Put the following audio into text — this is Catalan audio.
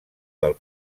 del